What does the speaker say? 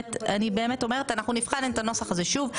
אני באמת אומרת, אנחנו נבחן את הנוסח הזה שוב.